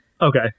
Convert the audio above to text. Okay